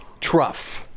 Truff